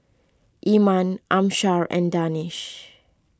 Iman Amsyar and Danish